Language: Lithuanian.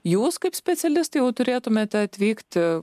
jūs kaip specialistai jau turėtumėte atvykti